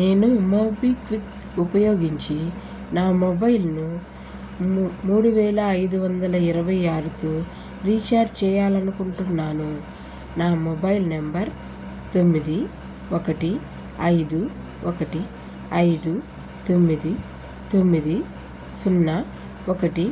నేను మోబిక్విక్ ఉపయోగించి నా మొబైల్ను మూ మూడు వేల ఐదు వందల ఇరవై ఆరుతో రీఛార్జ్ చేయాలి అనుకుంటున్నాను నా మొబైల్ నంబర్ తొమ్మిది ఒకటి ఐదు ఒకటి ఐదు తొమ్మిది తొమ్మిది సున్నా ఒకటి